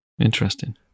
interesting